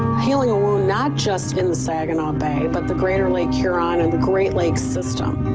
healing a wound, not just in the saginaw bay, but the greater lake huron and the great lakes system.